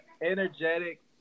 energetic